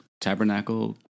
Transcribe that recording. Tabernacle